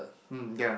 hmm ya